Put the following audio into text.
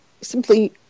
simply